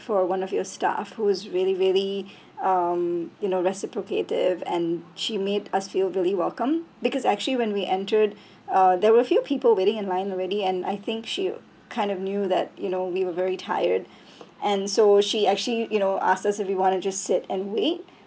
for one of your staff who was really really um you know reciprocative and she made us feel really welcomed because actually when we entered uh there were few a people waiting in line already and I think she kind of knew that you know we were very tired and so she actually you know ask us if we want to sit and wait